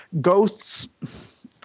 ghosts